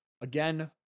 Again